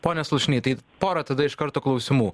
pone slušny tai pora tada iš karto klausimų